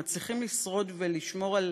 ומצליחים לשרוד ולשמור על